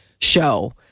show